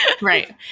Right